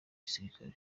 gisirikare